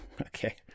okay